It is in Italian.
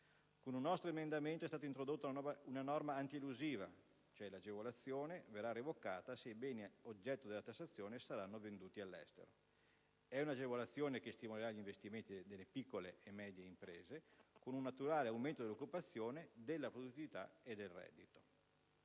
Con un nostro emendamento, è stata introdotta una norma antielusiva: l'agevolazione verrà revocata se i beni oggetto della tassazione saranno venduti all'estero. È un'agevolazione che stimolerà gli investimenti delle piccole e medie imprese, con un naturale aumento dell'occupazione, della produttività e del reddito.